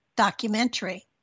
documentary